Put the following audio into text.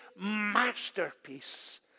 masterpiece